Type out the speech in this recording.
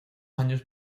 años